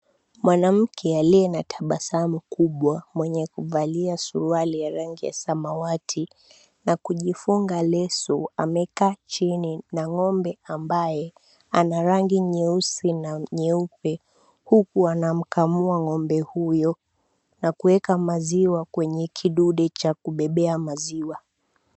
Mwanamke aliye na tabasamu kubwa mwenye kuvalia suruali ya rangi ya samawati na kujifunga leso amekaa chini na ng'ombe ambaye ana rangi nyeusi na nyeupe huku anamkamua ng'ombe huyo na kuweka maziwa kwenye kidude cha kubebea maziwa.